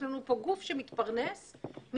יש לנו פה גוף שמתפרנס מציבור,